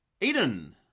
Eden